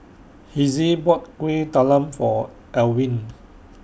Hezzie bought Kuih Talam For Alwine